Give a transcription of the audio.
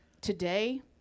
today